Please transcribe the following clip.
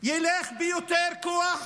ילך ביותר כוח